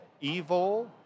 Evil